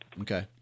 Okay